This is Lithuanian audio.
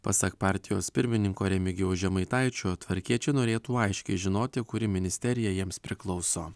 pasak partijos pirmininko remigijaus žemaitaičio tvarkiečiai norėtų aiškiai žinoti kuri ministerija jiems priklauso